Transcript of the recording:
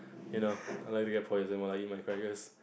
you know I like to get poison while I eat my crackers